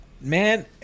man